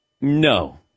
No